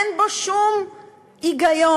אין בו שום היגיון,